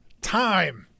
Time